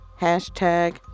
hashtag